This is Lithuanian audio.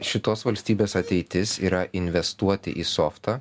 šitos valstybės ateitis yra investuoti į softą